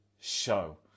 show